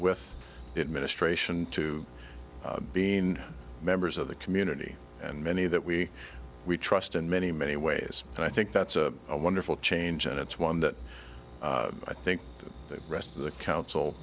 with it ministration to being members of the community and many that we we trust and many many ways and i think that's a wonderful change and it's one that i think the rest of the council